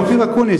עורך-דין אקוניס,